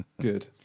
good